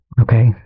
okay